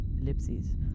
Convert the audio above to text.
Ellipses